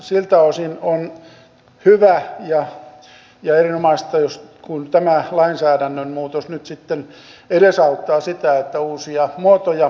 siltä osin on hyvä ja erinomaista kun tämä lainsäädännön muutos nyt sitten edesauttaa sitä että uusia muotoja löydetään